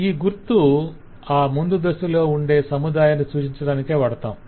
ఈ గుర్తు ఆ ముందు దశలో ఉండే సముదాయాన్ని సూచించటానికి వాడుతాం